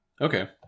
okay